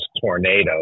tornado